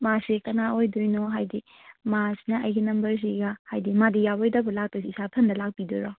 ꯃꯥꯁꯤ ꯀꯅꯥ ꯑꯣꯏꯗꯣꯏꯅꯣ ꯍꯥꯏꯗꯤ ꯃꯥꯁꯤꯅ ꯑꯩꯒꯤ ꯅꯝꯕꯔꯁꯤꯒ ꯍꯥꯏꯗꯤ ꯃꯥꯗꯤ ꯌꯥꯎꯔꯣꯏꯗꯕ ꯂꯥꯛꯇꯣꯏꯁꯤ ꯏꯁꯥ ꯏꯊꯟꯇ ꯂꯥꯛꯄꯤꯗꯣꯏꯔꯣ